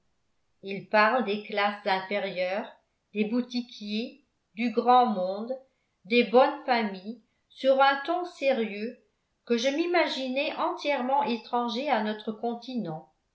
il parle des classes inférieures des boutiquiers du grand monde des bonnes familles sur un ton sérieux que je m'imaginais entièrement étranger à notre continent